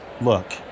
Look